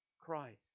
Christ